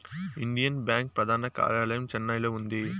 Indian bank ప్రధాన కార్యాలయం చెన్నైలో ఉంది